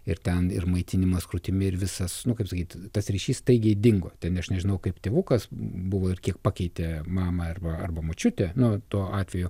ir ten ir maitinimas krūtimi ir visas nu kaip sakyt tas ryšys staigiai dingo ten ten aš nežinau kaip tėvukas buvo ir kiek pakeitė mamą arba arba močiutė nu tuo atveju